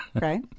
right